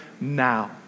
now